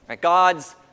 God's